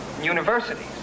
universities